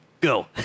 Go